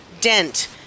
dent